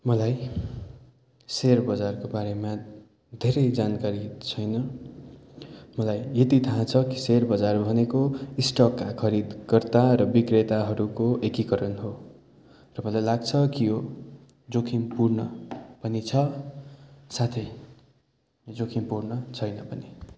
मलाई सेयर बजारको बारेमा धेरै जानकारी छैन मलाई यति थाह छ कि सेयर बजार भनेको स्टक खरिदकर्ता र विक्रेताहरूको एकिकरण हो र मलाई लाग्छ कि यो जोखिमपूर्ण पनि छ साथै जोखिमपूर्ण छैन पनि